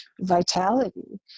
vitality